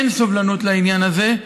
אין סובלנות לעניין הזה.